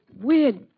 weird